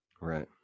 Right